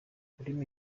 ururimi